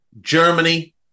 Germany